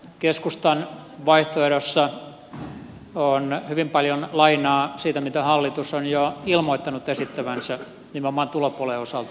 keskustan vaihtoehdossa on hyvin paljon lainaa siitä mitä hallitus on jo ilmoittanut esittävänsä nimenomaan tulopuolen osalta